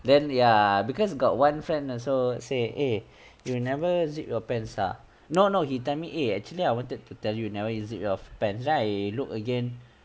then ya because got one friend also say eh you never zip your pants ah no no he tell me eh actually I wanted to tell you never zip your pants right he look again